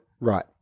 right